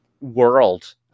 world